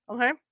Okay